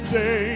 Say